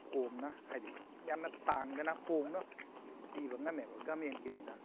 ꯀꯣꯝꯅ ꯍꯥꯏꯕꯗꯤ ꯌꯥꯝꯅ ꯇꯥꯡꯗꯅ ꯍꯣꯡꯅ ꯄꯤꯕ ꯉꯝꯃꯦꯕ ꯒꯃꯦꯟꯀꯤꯅꯤꯅ